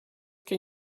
can